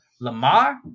Lamar